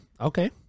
okay